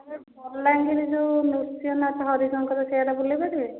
sir Balangir ଯେଉଁ ନୃସିଙ୍ଗନାଥ ହରିଶଙ୍କର ସିଆଡ଼େ ବୁଲେଇ ପାରିବେ